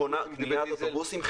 קניית אוטובוסים,